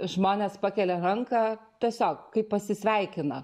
žmonės pakelia ranką tiesiog kaip pasisveikina